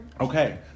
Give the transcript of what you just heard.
Okay